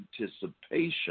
anticipation